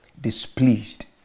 displeased